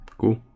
Cool